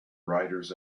writers